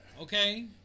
Okay